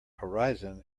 horizon